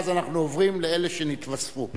ואז אנחנו עוברים לאלה שנתווספו.